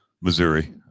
Missouri